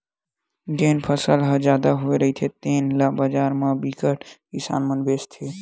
जेन फसल ह जादा होए रहिथे तेन ल बजार म बिकट किसान मन बेचथे